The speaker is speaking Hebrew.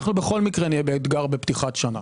בכל מקרה נהיה באתגר בפתיחת שנה.